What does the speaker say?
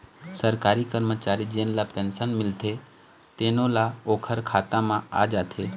सरकारी करमचारी जेन ल पेंसन मिलथे तेनो ह ओखर खाता म आ जाथे